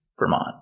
Vermont